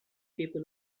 people